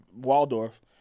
Waldorf